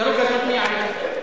ירו גז מדמיע עליך,